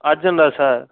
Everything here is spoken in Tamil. அர்ஜென்ட்டா சார்